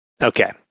Okay